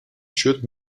should